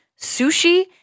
sushi